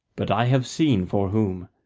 but i have seen for whom.